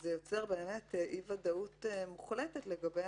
וזה יוצר אי ודאות מוחלטת לגבי